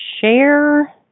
Share